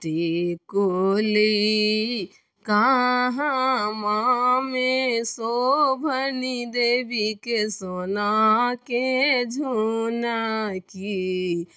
टिकुली कहाँ मामे शोभनि देबीके सोनाके झुनकी